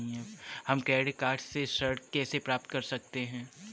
हम credit card से ऋण कैसे प्राप्त कर सकते हैं?